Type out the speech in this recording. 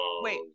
wait